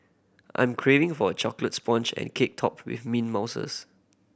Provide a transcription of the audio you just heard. I'm craving for a chocolate sponge cake topped with mint mousses